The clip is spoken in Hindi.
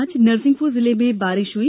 आज नरसिंहपुर जिले में आज बारिश हुई